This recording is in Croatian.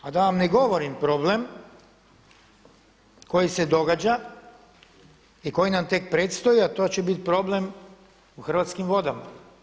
A da vam ne govorim problem koji se događa i koji nam tek predstoji a to će biti problem u Hrvatskim vodama.